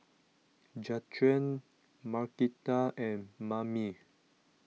Jaquan Markita and Mamie